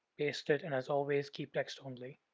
paste it, and as always keep text only.